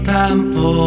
tempo